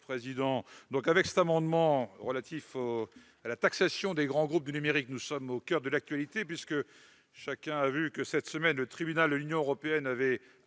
Bocquet. Avec cet amendement relatif à la taxation des grands groupes du numérique, nous sommes au coeur de l'actualité. En effet, chacun sait que, cette semaine, le Tribunal de l'Union européenne a